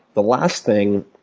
the last thing,